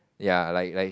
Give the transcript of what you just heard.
ya like like